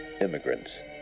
immigrants